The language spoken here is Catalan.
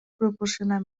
proporcionar